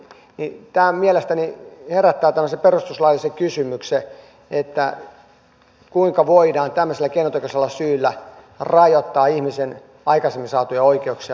tämä mielestäni herättää perustuslaillisen kysymyksen että kuinka voidaan tämmöisellä keinotekoisella syyllä rajoittaa ihmisen aikaisemmin saatuja oikeuksia lyhyemmäksi